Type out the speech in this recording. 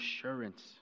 assurance